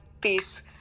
peace